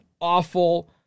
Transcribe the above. awful